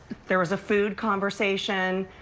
there was a food conversation.